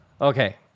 Okay